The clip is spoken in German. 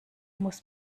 muss